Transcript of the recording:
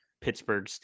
Pittsburgh